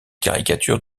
caricatures